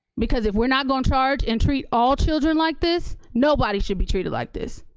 because if we're not gonna charge and treat all children like this, nobody should be treated like this.